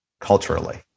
culturally